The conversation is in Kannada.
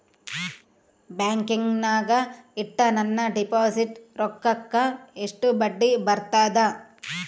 ಬ್ಯಾಂಕಿನಾಗ ಇಟ್ಟ ನನ್ನ ಡಿಪಾಸಿಟ್ ರೊಕ್ಕಕ್ಕ ಎಷ್ಟು ಬಡ್ಡಿ ಬರ್ತದ?